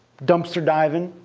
dumpster diving,